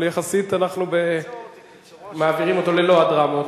אבל יחסית אנחנו מעבירים אותו ללא הדרמות,